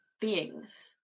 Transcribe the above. beings